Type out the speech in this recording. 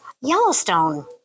Yellowstone